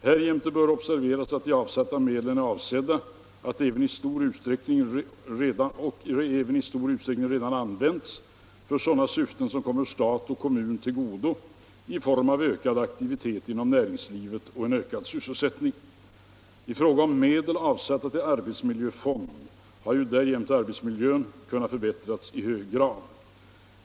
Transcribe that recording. Härjämte bör observeras att de avsatta medlen är avsedda — och de har även i stor utsträckning redan använts — för sådana syften som kommer stat och kommun till godo i form av ökad aktivitet inom näringslivet och ökad sysselsättning. I fråga om medel avsatta till arbetsmiljöfond har därjämte arbetsmiljön kunnat förbättras i hög grad.